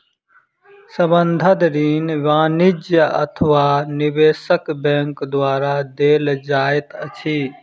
संबंद्ध ऋण वाणिज्य अथवा निवेशक बैंक द्वारा देल जाइत अछि